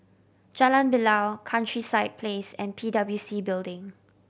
Jalan Bilal Countryside Place and P W C Building